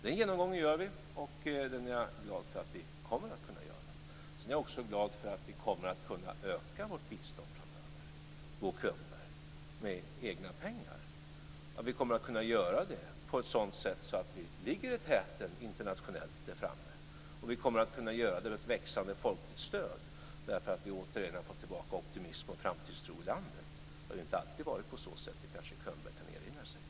Den genomgången gör vi, och den är jag glad för att vi kommer att kunna göra. Sedan är jag också glad för att vi kommer att kunna öka vårt bistånd framöver, Bo Könberg, med egna pengar. Vi kommer att kunna göra det på ett sådant sätt att vi internationellt sett ligger i täten. Vi kommer att kunna göra det med ett växande folkligt stöd därför att vi åter har fått tillbaka optimism och framtidstro i landet. Det har inte alltid varit på så sätt, det kanske Könberg kan erinra sig.